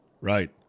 Right